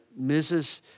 Mrs